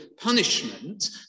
punishment